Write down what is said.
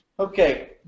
Okay